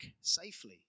safely